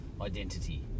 identity